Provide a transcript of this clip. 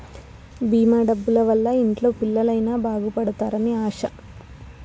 భీమా డబ్బుల వల్ల ఇంట్లో పిల్లలు అయిన బాగుపడుతారు అని ఆశ